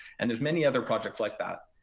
and there's many other projects like that.